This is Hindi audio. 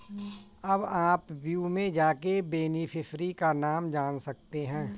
अब आप व्यू में जाके बेनिफिशियरी का नाम जान सकते है